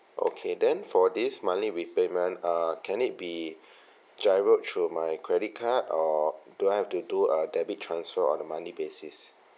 okay then for this monthly repayment err can it be GIRO-ed through my credit card or do I have to do a debit transfer on the monthly basis